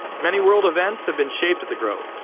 many world events have been shaped at the grove,